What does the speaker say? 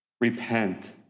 Repent